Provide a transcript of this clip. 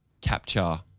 capture